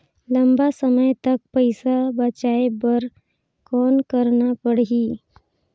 लंबा समय तक पइसा बचाये बर कौन करना पड़ही?